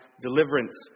deliverance